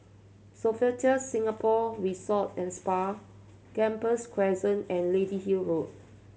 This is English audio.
Sofitel Singapore Resort and Spa Gambas Crescent and Lady Hill Road